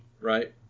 Right